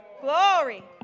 Glory